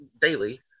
daily